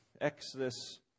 Exodus